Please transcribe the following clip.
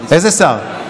איזה שר?